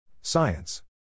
Science